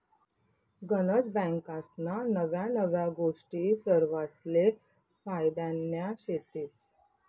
गनज बँकास्ना नव्या नव्या गोष्टी सरवासले फायद्यान्या शेतीस